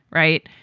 right.